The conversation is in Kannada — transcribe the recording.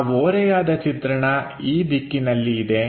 ಆ ಓರೆಯಾದ ಚಿತ್ರಣ ಈ ದಿಕ್ಕಿನಲ್ಲಿ ಇದೆ